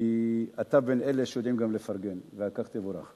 כי אתה בין אלה שיודעים גם לפרגן ועל כך תבורך.